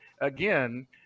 again